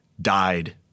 died